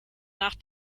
nach